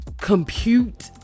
compute